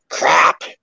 Crap